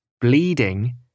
bleeding